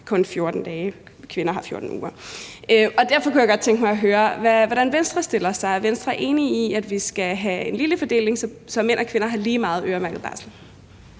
kun 14 dage, og kvinder har 14 uger. Derfor kunne jeg godt tænke mig at høre, hvordan Venstre stiller sig. Er Venstre enig i, at vi skal have en ligelig fordeling, så mænd og kvinder har lige meget øremærket barsel?